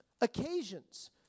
occasions